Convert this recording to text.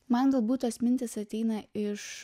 man galbūt tos mintys ateina iš